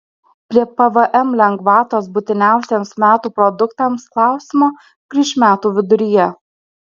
prie pvm lengvatos būtiniausiems metų produktams klausimo grįš metų viduryje